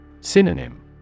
Synonym